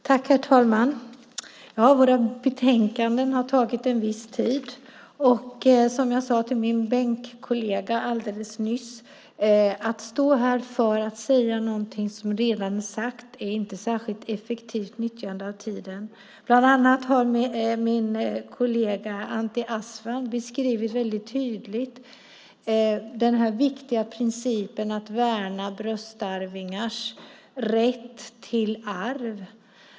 Herr talman! Våra betänkanden har tagit en viss tid att debattera. Som jag sade till min bänkkollega nyss: Att stå här för att säga något som redan är sagt är inte särskilt effektivt nyttjande av tiden. Bland annat har min kollega Anti Avsan tydligt beskrivit den viktiga principen att värna bröstarvingars rätt till arv.